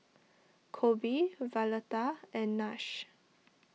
Coby Violeta and Nash